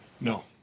No